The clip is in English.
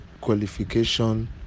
qualification